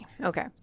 Okay